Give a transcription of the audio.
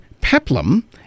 peplum